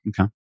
Okay